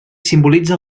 simbolitza